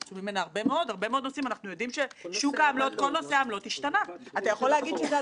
לא כל דבר ההיבט שלו הוא בחקיקה.